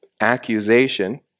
accusation